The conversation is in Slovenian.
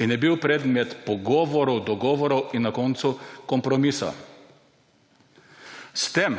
in je bil predmet pogovorov, dogovorov in na koncu kompromisa s tem,